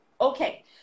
okay